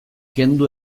kendu